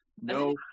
No